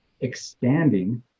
expanding